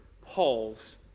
Paul's